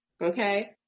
Okay